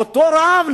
אותו רב,